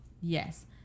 Yes